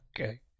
Okay